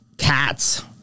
Cats